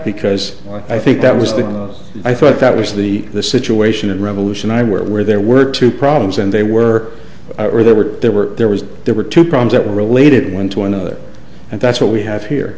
because i think that was the one i thought that was the the situation and revolution i where where there were two problems and they were there were there were there was there were two problems that were related one to another and that's what we have here